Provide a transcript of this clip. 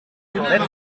let’s